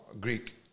Greek